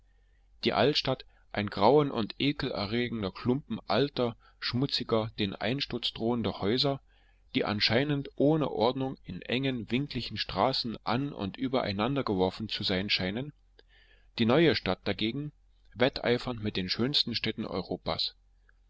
die altstadt ein grauen und ekelerregender klumpen alter schmutziger den einsturz drohender häuser die anscheinen ohne ordnung in engen winkligen straßen an und übereinandergeworfen zu sein scheinen die neue stadt dagegen wetteifernd mit den schönsten städten europas